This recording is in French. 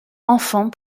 enfants